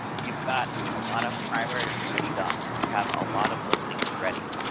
you've got a lot of primary research done. you have a lot of listings ready.